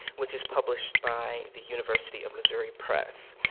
which is published by the university of missouri press.